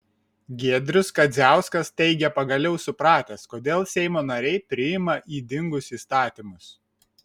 giedrius kadziauskas teigia pagaliau supratęs kodėl seimo nariai priima ydingus įstatymus